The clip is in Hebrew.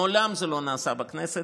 מעולם זה לא נעשה בכנסת.